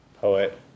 poet